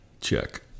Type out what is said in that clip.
check